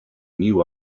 new